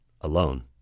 alone